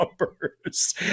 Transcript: numbers